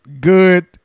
good